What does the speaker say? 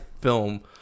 film